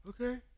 Okay